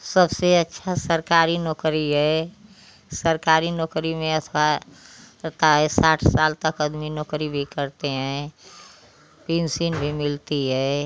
सबसे अच्छा सरकारी नौकरी है सरकारी नौकरी में अथवा तो का है साठ साल तक आदमी नौकरी भी करते हैं पेन्सिन भी मिलती है